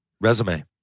resume